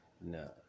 no